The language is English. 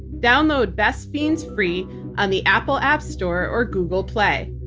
download best fiends free on the apple app store or google play.